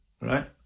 right